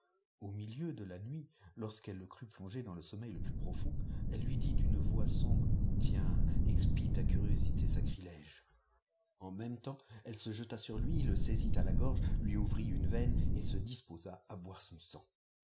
au milieu de la nuit loriu'eûe le cf ut plongé dans le sommeil le plus pi ofond elle lui dit d'q w sombre a tiemt expie ta curiosité saf ritège mkm temps elle se jeta sur lui le saisît à la giargei iqi ouvfit ie yeine et disposa à boire son sang